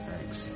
Thanks